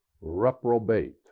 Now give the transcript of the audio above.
reprobate